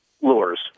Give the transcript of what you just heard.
lures